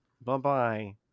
Bye-bye